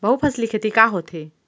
बहुफसली खेती का होथे?